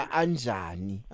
anjani